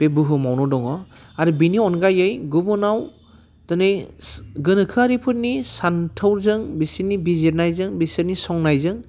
बे बुहुमावनो दङ आरो बेनि अनगायै गुबुनाव दिनै गोनोखोआरिफोरनि सानथौजों बिसोरनि बिजिरनायजों बिसोरनि संनायजों